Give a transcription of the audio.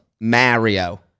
Mario